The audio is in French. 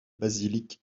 basilique